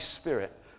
Spirit